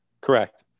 Correct